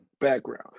background